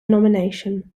nomination